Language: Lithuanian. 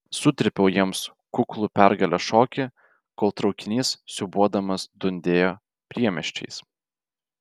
sutrypiau jiems kuklų pergalės šokį kol traukinys siūbuodamas dundėjo priemiesčiais